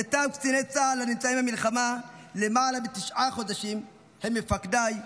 מיטב קציני צה"ל הנמצאים במלחמה למעלה מתשעה חודשים הם מפקדיי,